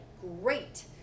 great